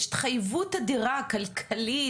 יש התחייבות אדירה כלכלית,